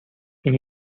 این